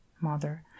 mother